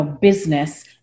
business